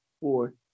four